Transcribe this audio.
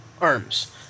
arms